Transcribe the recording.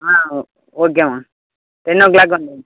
ஆ ஓகேமா ten o'clock வந்துருங்க